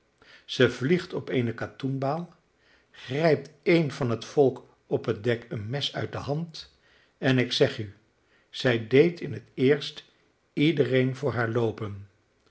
zij vliegt op eene katoenbaal grijpt een van het volk op het dek een mes uit de hand en ik zeg u zij deed in het eerst iedereen voor haar loopen